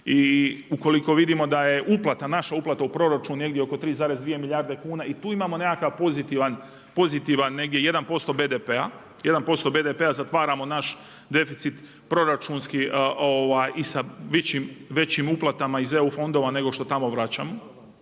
I ukoliko vidimo da je uplata, naša uplata u proračun negdje oko 3,2 milijarde kuna. I tu imamo nekakav pozitivan, pozitivan negdje 1% BDP-a. 1% BDP-a, zatvaramo naš deficit proračunski i sa većim uplatama iz EU fondova nego što tamo vraćamo.